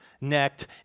necked